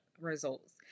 results